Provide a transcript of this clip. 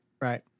Right